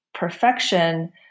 Perfection